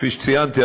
כפי שציינתי,